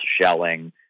shelling